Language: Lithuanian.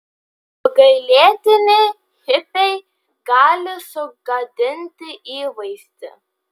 apgailėtini hipiai gali sugadinti įvaizdį